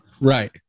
Right